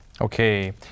Okay